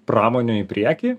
pramonę į priekį